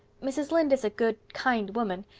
mrs. lynde is a good, kind woman,